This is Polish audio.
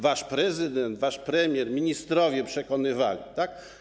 Wasz prezydent, wasz premier, ministrowie przekonywali, tak?